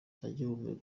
agihumeka